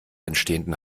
entstehenden